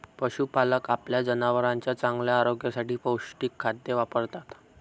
पशुपालक आपल्या जनावरांच्या चांगल्या आरोग्यासाठी पौष्टिक खाद्य वापरतात